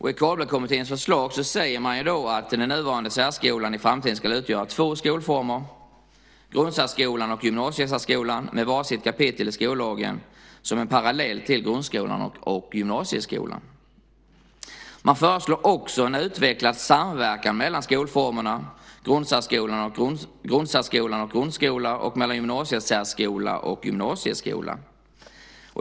I Carlbeckkommitténs förslag säger man att den nuvarande särskolan i framtiden ska utgöra två skolformer - grundsärskolan och gymnasiesärskolan - med var sitt kapitel i skollagen som en parallell till grundskolan och gymnasieskolan. Man föreslår också en utvecklad samverkan mellan skolformerna grundsärskola och grundskola och mellan gymnasiesärskola och gymnasieskola.